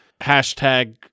Hashtag